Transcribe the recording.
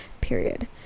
Period